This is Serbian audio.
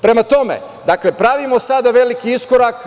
Prema tome, pravimo sada veliki iskorak.